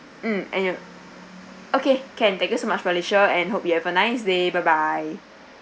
mm and okay can thank you so much felicia and hope you have a nice day bye bye